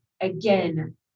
again